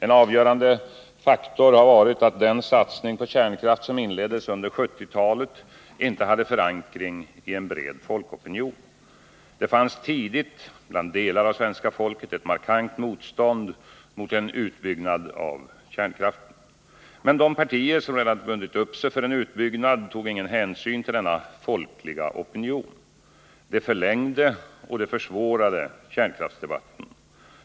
En avgörande faktor har varit att den satsning på kärnkraft som inleddes under 1970-talet inte hade förankring i en bred folkopinion. Det fanns tidigt bland delar av svenska folket ett markant motstånd mot en utbyggnad av kärnkraften. Men de partier som redan bundit upp sig för en utbyggnad tog ingen hänsyn till denna folkliga opinion. Det förlängde och försvårade kärnkraftsdebatten.